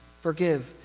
forgive